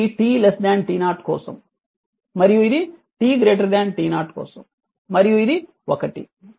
ఇది t t 0 కోసం మరియు ఇది t t 0 కోసం మరియు ఇది 1